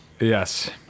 Yes